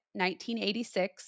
1986